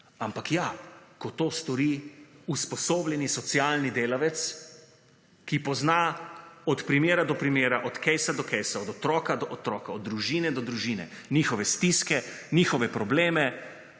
Ampak ja, ko to stori usposobljeni socialni delavec, ki pozna od primera do primera, od »casa« do »casa«, od otroka do otroka, od družine do družine, njihove stiske, njihove probleme